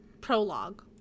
Prologue